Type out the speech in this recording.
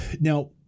now